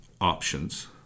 options